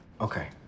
Okay